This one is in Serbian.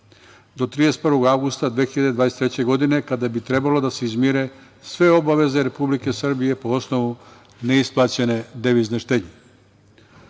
do 31. avgusta 2023. godine kada bi trebalo da se izmire sve obaveze Republike Srbije po osnovu neisplaćene devizne štednje. Želim